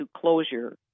closure